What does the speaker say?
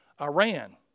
Iran